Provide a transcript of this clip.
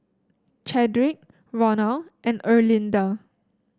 Chadrick Ronal and Erlinda